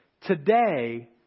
Today